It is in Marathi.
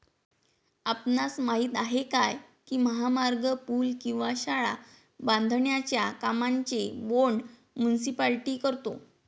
आपणास माहित आहे काय की महामार्ग, पूल किंवा शाळा बांधण्याच्या कामांचे बोंड मुनीसिपालिटी करतो?